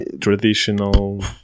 traditional